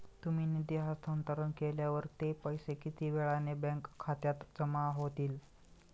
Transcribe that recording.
तुम्ही निधी हस्तांतरण केल्यावर ते पैसे किती वेळाने बँक खात्यात जमा होतील?